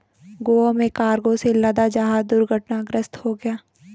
गोवा में कार्गो से लदा जहाज दुर्घटनाग्रस्त हो गया